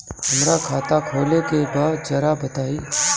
हमरा खाता खोले के बा जरा बताई